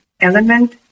element